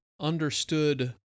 understood